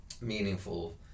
meaningful